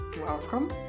welcome